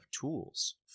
tools